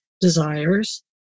desires